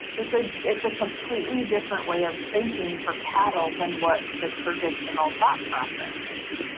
it's ah it's a completely different way of thinking for cattle than what the traditional thought processes.